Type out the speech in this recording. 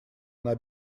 она